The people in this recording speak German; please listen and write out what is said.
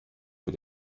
für